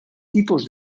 tipos